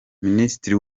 minisitiri